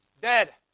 dead